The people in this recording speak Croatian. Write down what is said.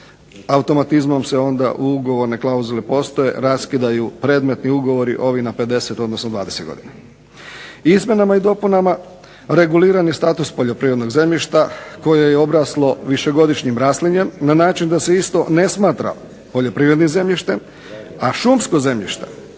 Automatizmom se onda ugovorne klauzule postoje, raskidaju predmetni ugovori, ovi na 50, odnosno 20 godina. Izmjenama i dopunama reguliran je status poljoprivrednog zemljišta koje je obraslo višegodišnjim raslinjem na način da se isto ne smatra poljoprivrednim zemljištem, a šumsko zemljište